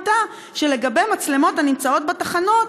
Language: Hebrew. הייתה שלגבי מצלמות הנמצאות בתחנות,